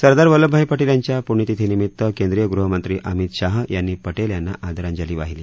सरदार वल्लभभाई पटेल यांच्या पूण्यतिथी निमित्त केंद्रीय गृहमंत्री अमित शाह यांनी पटेल यांना आदरांजली वाहिली